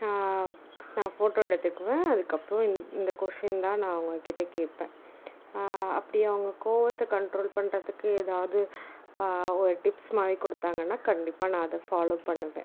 நான் ஃபோட்டோ எடுத்துக்குவேன் அதுக்கப்புறம் இந்த கொஸின்தான் நான் அவங்ககிட்ட கேட்பேன் அப்படி அவங்க கோவத்தை கண்ட்ரோல் பண்ணுறதுக்கு ஏதாவது ஒரு டிப்ஸ் மாதிரி கொடுத்தாங்கன்னா கண்டிப்பாக நான் அதை ஃபாலோவ் பண்ணுவேன்